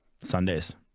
Sundays